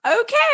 okay